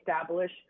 establish